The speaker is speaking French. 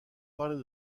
parlait